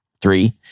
three